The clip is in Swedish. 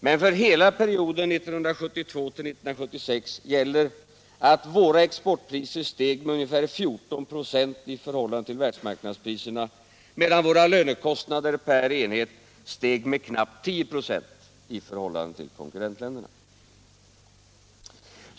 Men för hela perioden 1972-1976 gäller att våra exportpriser steg med ca 14 96 i förhållande till världsmarknadspriserna, medan våra lönekostnader per producerad enhet steg med knappt 10 96 i förhållande till konkurrentländerna.